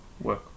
work